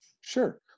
Sure